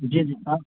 जी जी आप